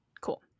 Cool